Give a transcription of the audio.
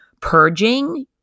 purging